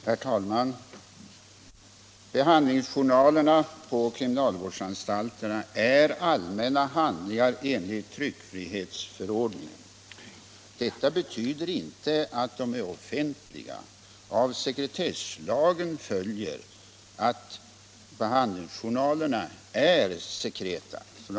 Herr talman! Behandlingsjournalerna på kriminalvårdsanstalterna är allmänna handlingar enligt tryckfrihetsförordningen. Detta betyder inte att de är offentliga. Av sekretesslagen följer att behandlingsjournalerna Nr 73 är sekreta.